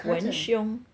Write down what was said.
文胸